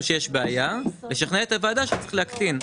שיש בעיה לשכנע את הוועדה שצריך להקטין.